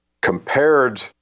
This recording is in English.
compared